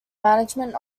management